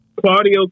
Claudio